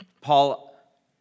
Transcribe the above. Paul